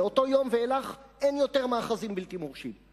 מאותו יום ואילך אין יותר מאחזים בלתי מורשים.